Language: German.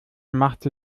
machte